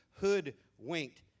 hoodwinked